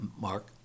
Mark